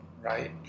right